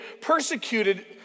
persecuted